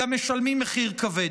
גם משלמים מחיר כבד.